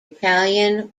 italian